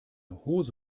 hose